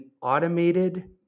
automated